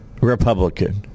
Republican